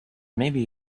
maybe